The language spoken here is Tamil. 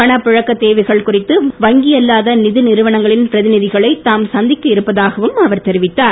பணப் புழக்கத் தேவைகள் குறித்து வங்கியல்லாத நிதி நிறுவனங்களின் பிரதிநிதிகளை தாம் சந்திக்க இருப்பதாகவும் அவர் தெரிவித்தார்